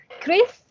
chris